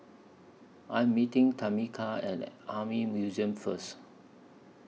I Am meeting Tamica At Army Museum First